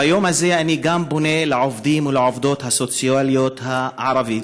ביום הזה אני גם פונה לעובדים ולעובדות הסוציאליות הערבים: